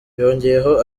yongeyeho